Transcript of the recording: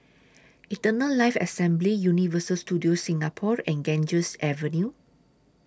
Eternal Life Assembly Universal Studios Singapore and Ganges Avenue